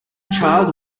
child